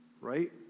Right